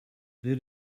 there